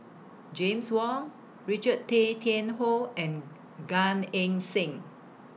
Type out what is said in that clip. James Wong Richard Tay Tian Hoe and Gan Eng Seng